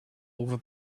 over